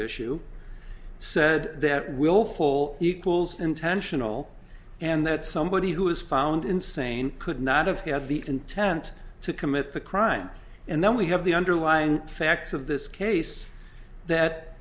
issue said that willful equals intentional and that somebody who was found insane could not have had the intent to commit the crime and then we have the underlying facts of this case that